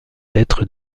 être